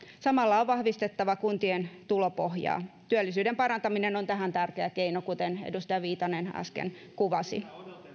samalla on vahvistettava kuntien tulopohjaa työllisyyden parantaminen on tähän tärkeä keino kuten edustaja viitanen äsken kuvasi